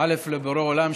לבורא עולם,